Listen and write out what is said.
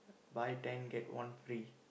buy ten get one free